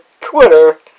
Twitter